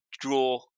draw